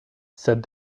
said